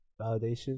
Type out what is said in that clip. validation